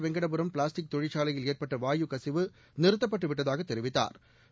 Venkatapuram plastic தொழிற்சாலையில் ஏற்பட்ட வாயு கசிவு நிறுத்தப்பட்டு விட்டதாக தெரிவித்தாா்